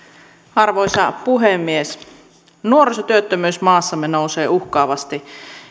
arvoisa puhemies nuorisotyöttömyys maassamme nousee uhkaavasti